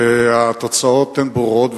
והתוצאות הן ברורות,